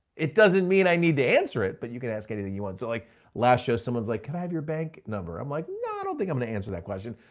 it doesn't mean i need to answer it, but you can ask anything you want. so like last show, someone's like, can i have your bank number? i'm like, no, i don't think i'm gonna answer that question.